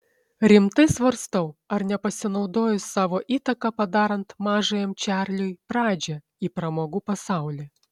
rimtai svarstau ar nepasinaudojus savo įtaka padarant mažajam čarliui pradžią į pramogų pasaulį